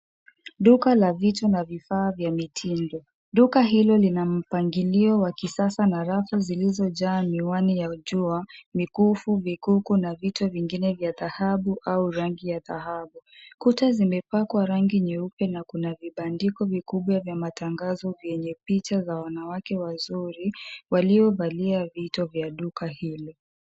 Duka la vitu na vifaa vya mitindo. Duka hilo lina mpangilio wa kisasa na rafu zilizojaa miwani ya jua, mikufu, bikuku na vitu vingine vya dhahabu au rangi ya dhahabu. Kuta zimepakwa rangi nyeupe na kuna vibandiko vikubwa vya matangazo vyenye picha za wanawake wazuri waliovalia vito vya duka hilo.